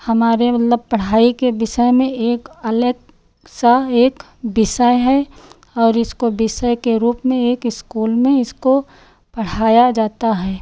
हमारे मतलब पढ़ाई के विषय में एक अलग सा एक विषय है औ इसको विषय के रूप में एक स्कूल में इसको पढ़ाया जाता है